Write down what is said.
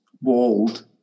walled